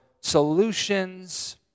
solutions